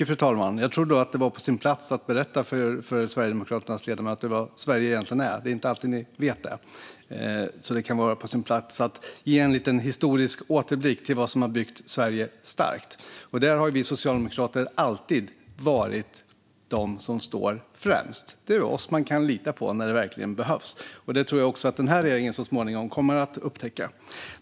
Fru talman! Jag tror nog att det var på sin plats att berätta för Sverigedemokraternas ledamöter vad Sverige egentligen är. Det är inte alltid ni vet det. Så det kan vara på sin plats att ge en liten historisk återblick på vad som har byggt Sverige starkt. Där har vi socialdemokrater alltid varit de som står främst. Det är oss man kan lita på när det verkligen behövs. Det tror jag också att den här regeringen så småningom kommer att upptäcka.